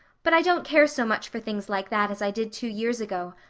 but i don't care so much for things like that as i did two years ago.